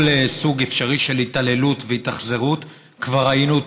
כל סוג אפשרי של התעללות והתאכזרות כבר ראינו,